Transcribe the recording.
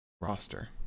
roster